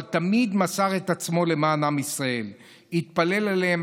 אבל הוא תמיד מסר את עצמו למען עם ישראל והתפלל עליהם,